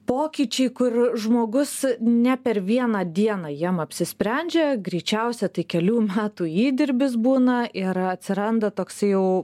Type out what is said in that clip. pokyčiai kur žmogus ne per vieną dieną jiem apsisprendžia greičiausia tai kelių metų įdirbis būna ir atsiranda toksai jau